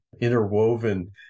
interwoven